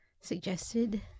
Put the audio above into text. Suggested